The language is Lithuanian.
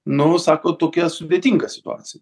nu sako tokia sudėtinga situacija